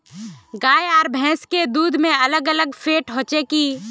गाय आर भैंस के दूध में अलग अलग फेट होचे की?